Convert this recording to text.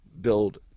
build